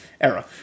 era